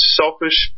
selfish